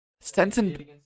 Stenson